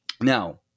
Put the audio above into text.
now